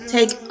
take